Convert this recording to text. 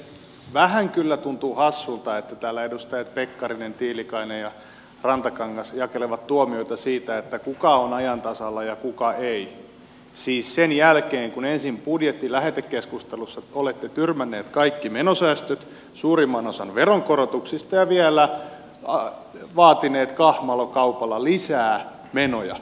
vähän kyllä tuntuu hassulta että täällä edustajat pekkarinen tiilikainen ja rantakangas jakelevat tuomioita siitä kuka on ajan tasalla ja kuka ei siis sen jälkeen kun ensin budjetin lähetekeskustelussa olette tyrmänneet kaikki menosäästöt suurimman osan veronkorotuksista ja vielä vaatineet kahmalokaupalla lisää menoja